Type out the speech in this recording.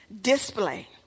display